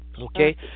okay